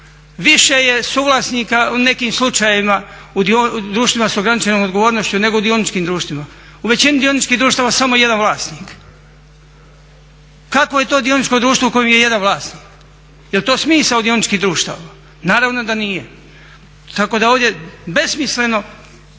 Više je suvlasnika u nekim slučajevima u društvima s ograničenom odgovornošću nego u dioničkim društvima. U većini dioničkih društava samo jedan vlasnik. Kakvo je to dioničko društvo u kojem je jedan vlasnik? Jel' to smisao dioničkih društava? Naravno da nije. Tako da je ovdje besmisleno